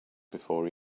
before